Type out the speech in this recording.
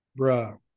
Bruh